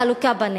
חלוקה בנטל.